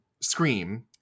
Scream